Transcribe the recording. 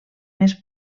més